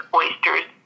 oysters